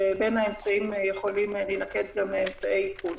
ובין האמצעים יכולים להינקט גם אמצעי איכון.